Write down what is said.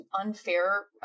unfair